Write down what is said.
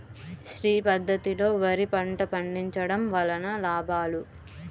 శ్రీ పద్ధతిలో వరి పంట పండించడం వలన లాభాలు?